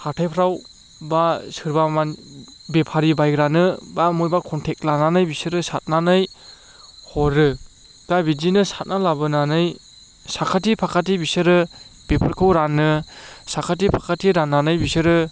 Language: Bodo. हाथायफ्राव बा सोरबा बेफारि बायग्रानो बा बहाबा कनटेक्ट लानानै बिसोरो सारनानै हरो दा बिदिनो सारना लाबोनानै साखाथि फाखाथि बिसोरो बेफोरखौ रानो साखाथि फाखाथि राननानै बिसोरो